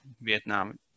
Vietnam